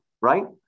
right